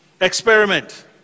experiment